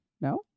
No